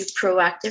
proactive